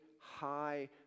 high